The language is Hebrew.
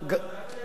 אתה בדקת את זה?